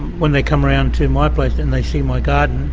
when they come around to my place, then they see my garden,